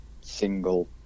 single